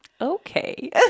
Okay